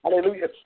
Hallelujah